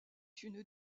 une